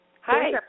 Hi